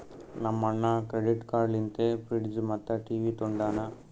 ನಮ್ ಅಣ್ಣಾ credit card ಲಿಂತೆ ಫ್ರಿಡ್ಜ್ ಮತ್ತ ಟಿವಿ ತೊಂಡಾನ